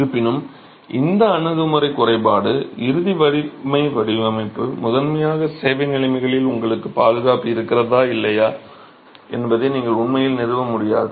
இருப்பினும் இந்த அணுகுமுறையின் குறைபாடு இறுதி வலிமை வடிவமைப்பு முதன்மையாக சேவை நிலைமைகளில் உங்களுக்கு பாதுகாப்பு இருக்கிறதா இல்லையா என்பதை நீங்கள் உண்மையில் நிறுவ முடியாது